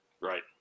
right